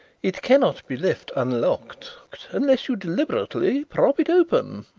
it cannot be left unlocked unless you deliberately prop it open.